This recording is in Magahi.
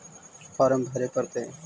फार्म भरे परतय?